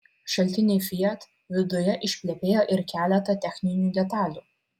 šaltiniai fiat viduje išplepėjo ir keletą techninių detalių